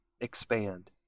expand